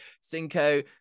Cinco